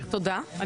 תודה.